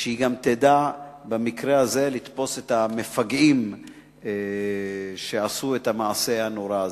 תדע גם במקרה הזה לתפוס את המפגעים שעשו את המעשה הנורא הזה.